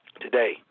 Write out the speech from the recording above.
today